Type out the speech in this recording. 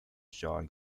john